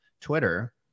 Twitter